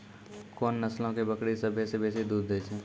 कोन नस्लो के बकरी सभ्भे से बेसी दूध दै छै?